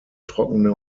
trockene